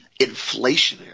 inflationary